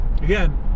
again